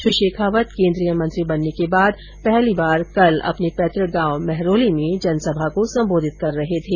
श्री शेखावत केन्द्रीय मंत्री बनने के बाद पहली बार कल अपने पैतृक गांव महरोली में लोगों को संबोधित कर रहे थे